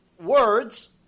words